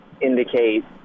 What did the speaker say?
indicate